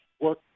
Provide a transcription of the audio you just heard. work